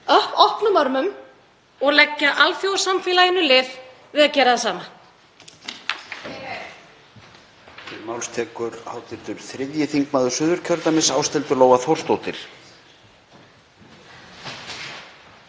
hér opnum örmum og leggja alþjóðasamfélaginu lið í því að gera það sama.